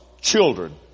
children